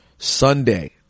Sunday